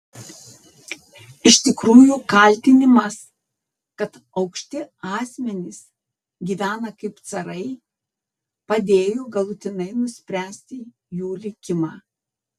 iš tikrųjų kaltinimas kad aukšti asmenys gyvena kaip carai padėjo galutinai nuspręsti jų likimą